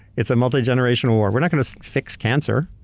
it's a multi-generation war. we're not gonna fix cancer,